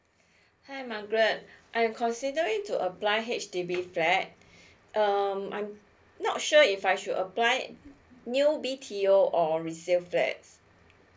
hi margaret I'm considering to apply H_D_B flat um I'm not sure if I should apply new B T O or resale flats